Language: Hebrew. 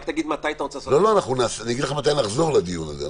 רק תגיד מתי אתה רוצה לעשות את הדיון הזה.